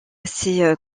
assez